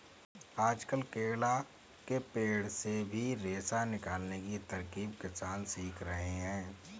आजकल केला के पेड़ से भी रेशा निकालने की तरकीब किसान सीख रहे हैं